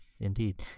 Indeed